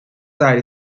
site